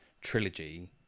trilogy